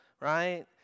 right